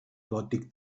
gòtic